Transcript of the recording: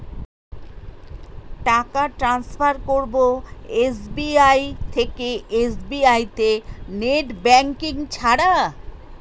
টাকা টান্সফার করব এস.বি.আই থেকে এস.বি.আই তে নেট ব্যাঙ্কিং ছাড়া?